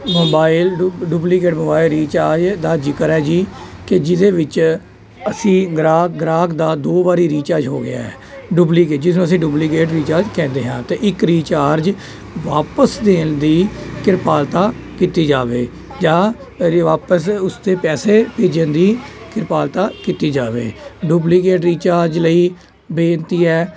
mobile ਡੁ duplicate mobile recharge ਦਾ ਜ਼ਿਕਰ ਹੈ ਜੀ ਕਿ ਜਿਹਦੇ ਵਿੱਚ ਅਸੀਂ ਗਰਾਂ ਗਾਹਕ ਦਾ ਦੋ ਵਾਰੀ ਰੀਚਾਰਜ ਹੋ ਗਿਆ ਡੁਪਲੀਕੇ ਜਿਸਨੂੰ ਅਸੀਂ ਡੁਪਲੀਕੇਟ ਰੀਚਾਰਜ ਕਹਿੰਦੇ ਹਾਂ ਅਤੇ ਇੱਕ ਰੀਚਾਰਜ ਵਾਪਸ ਦੇਣ ਦੀ ਕਿਰਪਾਲਤਾ ਕੀਤੀ ਜਾਵੇ ਜਾਂ ਰੀ ਵਾਪਸ ਉਸ 'ਤੇ ਪੈਸੇ ਭੇਜਣ ਦੀ ਕਿਰਪਾਲਤਾ ਕੀਤੀ ਜਾਵੇ ਡੁਪਲੀਕੇਟ ਰੀਚਾਰਜ ਲਈ ਬੇਨਤੀ ਹੈ